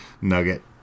nugget